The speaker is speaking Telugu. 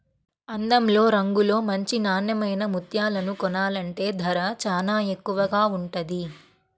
అందంలో, రంగులో మంచి నాన్నెమైన ముత్యాలను కొనాలంటే ధర చానా ఎక్కువగా ఉంటది